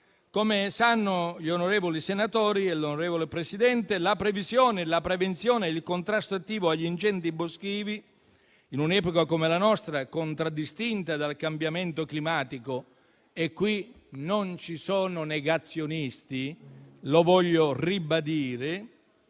Come sanno gli onorevoli senatori e l'onorevole Presidente, la previsione, la prevenzione e il contrasto attivo agli ingenti boschivi, in un'epoca come la nostra contraddistinta dal cambiamento climatico (e qui non ci sono negazionisti, lo voglio ribadire),